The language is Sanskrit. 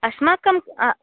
अस्माकं अ